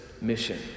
mission